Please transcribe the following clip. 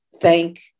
thank